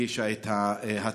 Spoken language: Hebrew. הגישה את ההצעה.